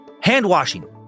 hand-washing